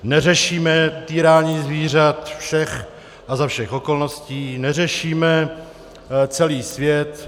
Neřešíme týrání zvířat všech a za všech okolností, neřešíme celý svět.